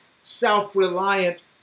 self-reliant